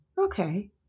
Okay